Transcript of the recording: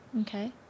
Okay